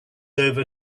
over